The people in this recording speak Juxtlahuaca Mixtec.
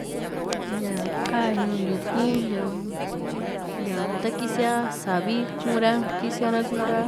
ña kaa ñuu ntiu ku´ña ña ta kisia savi ku´ra kisia ra ku´ra